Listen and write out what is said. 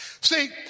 See